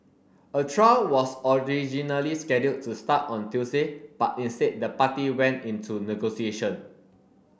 a trial was originally scheduled to start on Tuesday but instead the party went into negotiation